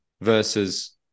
versus